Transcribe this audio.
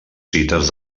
cites